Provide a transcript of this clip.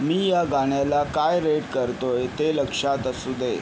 मी या गाण्याला काय रेट करतो आहे ते लक्षात असू दे